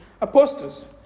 apostles